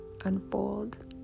unfold